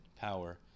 power